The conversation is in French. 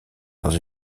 dans